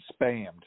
spammed